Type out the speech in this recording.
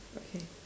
okay